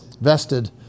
Vested